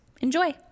Enjoy